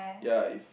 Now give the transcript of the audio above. ya if